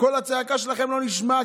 קול הצעקה שלכם לא נשמע,